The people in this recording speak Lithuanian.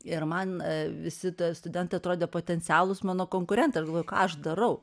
ir man visi studentai atrodė potencialūs mano konkurentai aš galvoju ką aš darau